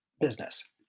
Business